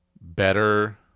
better